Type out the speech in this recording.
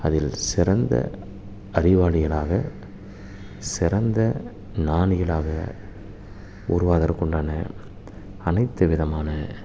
அதில் சிறந்த அறிவாளிகளாக சிறந்த ஞானிகளாக உருவாகிறக்கு உண்டான அனைத்து விதமான